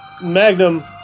Magnum